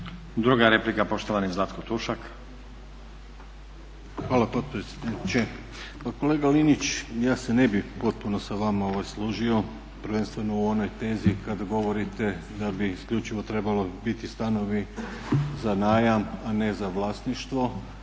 Druga replika, poštovani Zlatko Tušak. **Tušak, Zlatko (ORaH)** Hvala potpredsjedniče. Pa kolega Linić, ja se ne bih potpuno sa vama složio prvenstveno u onoj tezi kada govorite da bi isključivo trebalo biti stanovi za najam, a ne za vlasništvo.